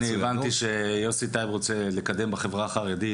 אני הבנתי שיוסי טייב רוצה לקדם את הנושא של הספורט הימי בחברה החרדית.